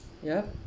yup